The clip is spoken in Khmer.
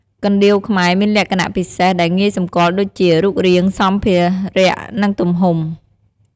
កណ្ដៀវខ្មែរមានលក្ខណៈពិសេសដែលងាយសម្គាល់ដូចជា រូបរាង សម្ភារ និងទំហំ។